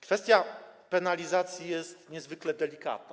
Kwestia penalizacji jest niezwykle delikatna.